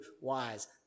wise